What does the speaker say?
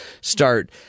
start